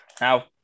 Now